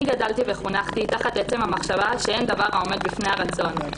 אני גדלתי וחונכתי תחת המחשבה שאין דבר העומד בפני הרצון.